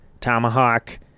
Tomahawk